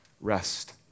Rest